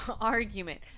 Argument